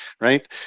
right